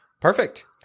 Perfect